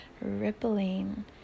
rippling